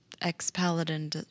Ex-Paladin